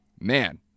man